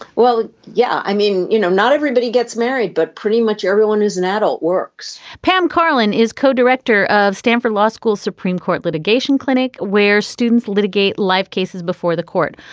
well yeah i mean you know not everybody gets married but pretty much everyone who's an adult works pam karlan is co-director of stanford law school supreme court litigation clinic where students litigate life cases before the court.